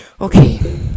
Okay